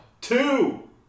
Two